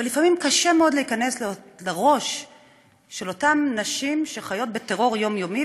ולפעמים קשה מאוד להיכנס לראש של אותן נשים שחיות בטרור יומיומי,